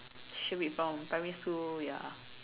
should be from primary school ya